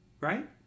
right